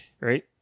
right